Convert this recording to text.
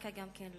דווקא גם כן לא.